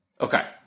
Okay